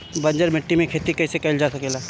बंजर माटी में खेती कईसे कईल जा सकेला?